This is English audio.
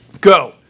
Go